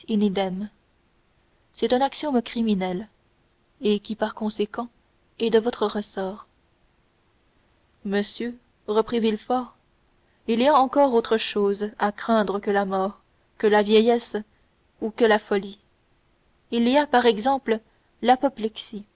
c'est un axiome criminel et qui par conséquent est de votre ressort monsieur reprit villefort il y a encore autre chose à craindre que la mort que la vieillesse ou que la folie il y a par exemple l'apoplexie